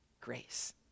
grace